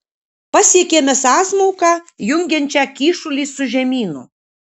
pasiekėme sąsmauką jungiančią kyšulį su žemynu